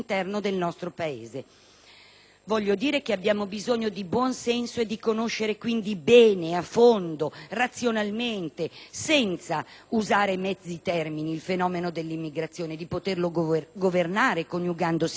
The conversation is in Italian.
Voglio dire che abbiamo bisogno di buon senso e di conoscere quindi bene ed a fondo, razionalmente, senza usare mezzi termini, il fenomeno dell'immigrazione, di poterlo governare, coniugando sicurezza, integrazione,